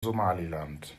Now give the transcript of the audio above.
somaliland